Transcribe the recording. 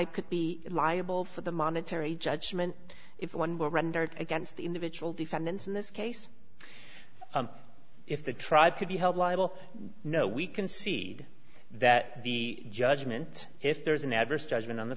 tribe could be liable for the monetary judgment if one were rendered against the individual defendants in this case and if the tribe could be held liable no we concede that the judgment if there is an adverse judgment on the